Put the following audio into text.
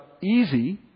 easy